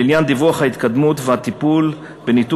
לעניין הדיווח על ההתקדמות והטיפול בניתוק